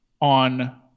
on